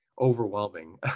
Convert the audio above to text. overwhelming